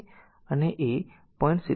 88 અને a